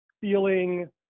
feeling